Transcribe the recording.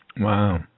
Wow